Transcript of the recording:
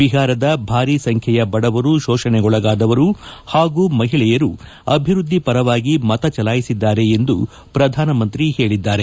ಬಿಹಾರದ ಭಾರೀ ಸಂಖ್ಯೆಯ ಬಡವರು ಶೋಷಣೆಗೊಳಗಾದವರು ಹಾಗೂ ಮಹಿಳೆಯರು ಅಭಿವೃದ್ದಿ ಪರವಾಗಿ ಮತ ಚಲಾಯಿಸಿದ್ದಾರೆ ಎಂದು ಪ್ರಧಾನಮಂತ್ರಿ ಹೇಳಿದ್ದಾರೆ